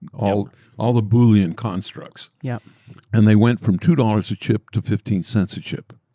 and all all the boolean constructs, yeah and they went from two dollars a chip to fifteen cents a chip.